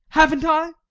haven't i?